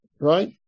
right